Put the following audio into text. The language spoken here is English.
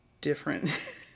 different